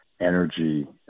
energy